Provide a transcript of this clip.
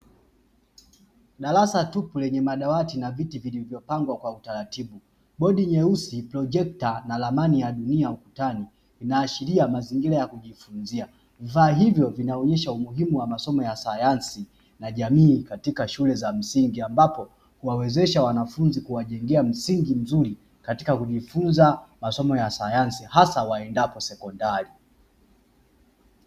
Darasa tupu lenye madawati na viti vilivyopangwa kwa utaratibu, bodi nyeusi, projekta na ramani ya dunia ukutani vinaashiria mazingira ya kujifunzia. Vifaa hivyo vinaonyesha umuhimu wa masomo ya sayansi na jamii katika shule za msingi, ambapo huwawezesha wanafunzi kuwajengea msingi mzuri katika kujifunza masomo ya sayansi, hasa waendapo sekondari.